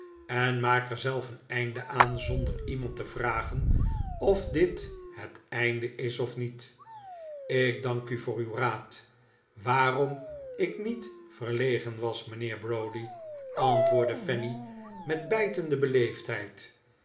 en maak er zelf een einde aan zonder iemand te vragen of dit het einde is of niet ik dank u voor uw raad waarom ik niet verlegen was mijnheer browdie antwoordde fanny met bijtende